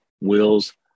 Will's